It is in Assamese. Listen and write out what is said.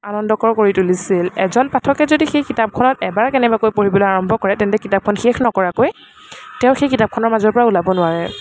আনন্দকৰ কৰি তুলিছিল এজন পাঠকে যদি সেই কিতাপখন এবাৰ কেনেবাকৈ পঢ়িবলৈ আৰম্ভ কৰে তেন্তে কিতাপখন শেয নকৰাকৈ তেওঁ সেই কিতাপখনৰ মাজৰ পৰা ওলাব নোৱাৰে